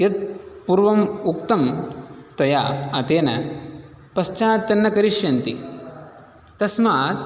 यत् पूर्वम् उक्तम् तया तेन पश्चात् तन्न करिष्यन्ति तस्मात्